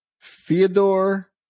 Fyodor